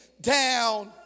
down